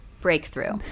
Breakthrough